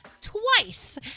twice